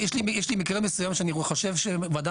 יש לי מקרה מסוים שאני חושב שוועדה